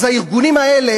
אז הארגונים האלה,